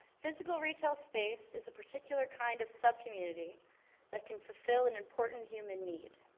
physical retail space is a particular kind of sub-community that can fulfill an important human need.